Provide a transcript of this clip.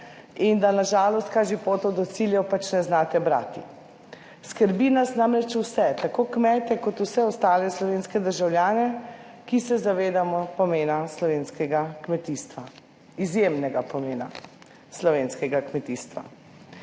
in da na žalost kažipotov do ciljev pač ne znate brati. Skrbi nas namreč vse, tako kmete kot vse ostale slovenske državljane, ki se zavedamo pomena slovenskega kmetijstva, izjemnega pomena slovenskega kmetijstva.